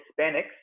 hispanics